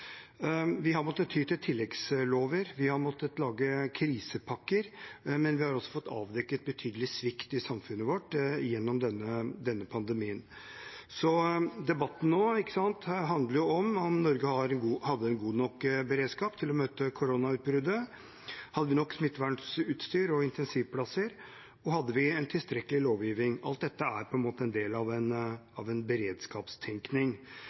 Vi har måttet ty til tilleggslover, vi har måttet lage krisepakker, men vi har også fått avdekket betydelig svikt i samfunnet vårt gjennom denne pandemien. Debatten nå handler om hvorvidt Norge hadde en god nok beredskap til å møte koronautbruddet: Hadde vi nok smittevernutstyr og intensivplasser, og hadde vi en tilstrekkelig lovgivning? Alt dette er en del av en beredskapstenkning.